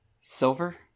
Silver